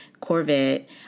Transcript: Corvette